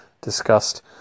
discussed